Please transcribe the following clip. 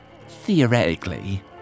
Theoretically